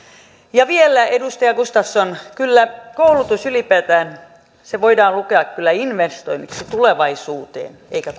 ja vielä edustaja gustafsson kyllä koulutus ylipäätään voidaan lukea investoinniksi tulevaisuuteen eikä